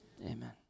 amen